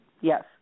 Yes